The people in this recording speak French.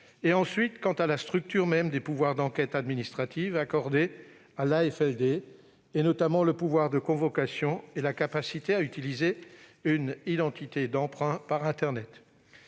et, d'autre part, sur la structure même des pouvoirs d'enquête administrative accordés à l'AFLD- je citerai notamment le pouvoir de convocation et la faculté d'utiliser une identité d'emprunt par internet,